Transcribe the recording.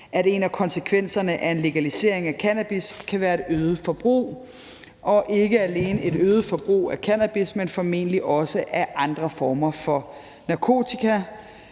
at en af konsekvenserne af en legalisering af cannabis kan være et øget forbrug og ikke alene et øget forbrug af cannabis, men formentlig også af andre former for narkotika.